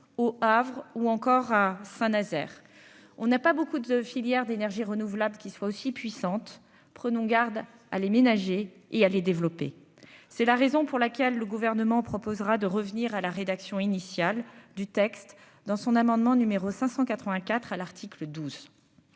au Havre ou encore hein, Saint-Nazaire, on n'a pas beaucoup de filières d'énergies renouvelables qui soient aussi puissante, prenons garde à les ménager et à les développer, c'est la raison pour laquelle le gouvernement proposera de revenir à la rédaction initiale du texte dans son amendement numéro 584 à l'article 12